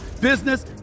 business